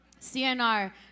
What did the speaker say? CNR